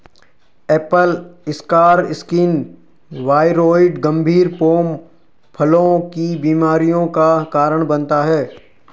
Apple scar skin viroid गंभीर pome फलों की बीमारियों का कारण बनता है